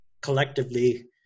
collectively